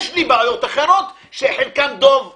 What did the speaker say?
יש לי בעיות אחרות שלחלקן דב התייחס.